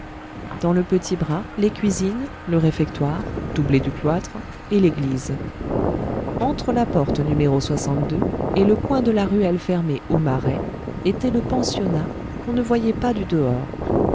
dans le petit bras les cuisines le réfectoire doublé du cloître et l'église entre la porte no et le coin de la ruelle fermée aumarais était le pensionnat qu'on ne voyait pas du dehors